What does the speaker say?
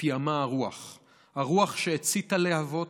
פיעמה הרוח, הרוח שהציתה להבות,